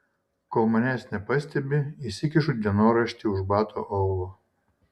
kol manęs nepastebi įsikišu dienoraštį už bato aulo